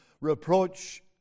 reproach